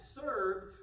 served